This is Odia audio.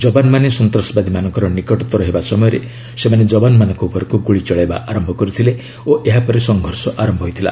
ଯବାନମାନେ ସନ୍ତାସବାଦୀମାନଙ୍କର ନିକଟତର ହେବା ସମୟରେ ସେମାନେ ଯବାନମାନଙ୍କ ଉପରକୁ ଗୁଳି ଚଳାଇବା ଆରମ୍ଭ କରିଥିଲେ ଓ ଏହାପରେ ସଂଘର୍ଷ ଆରମ୍ଭ ହୋଇଥିଲା